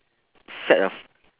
set of